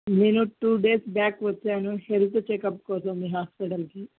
నేను two days back వచ్చాను health checkup కోసం మీ హాస్పిటల్కి